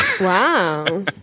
Wow